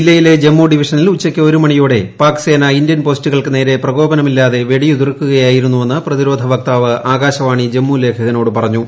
ജില്ലയിലെ ജമ്മു ഡിവിഷനിൽ ഉച്ചയ്ക്ക് ഒരു മണിയോടെ പാക് സേന ഇന്ത്യൻ പോസ്റ്റുകൾക്ക് നേരെ പ്രകോപനമില്ലാതെ വെടിയുതിർക്കുകയായിരുന്നുവെന്ന് പ്രതിരോധ വക്താവ് ആകാശവാണി ജമ്മു ലേഖകനോട് പറഞ്ഞു